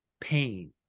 pain